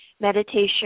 meditation